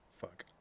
Fuck